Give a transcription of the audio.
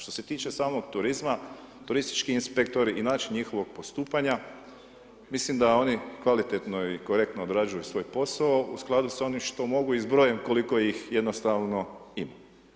Što se tiče samog turizma, turistički inspektori i način njihovog postupanja, mislim da oni kvalitetno i korektno odrađuju svoj posao u skladu s onim što mogu i s brojem koliko ih jednostavno ima.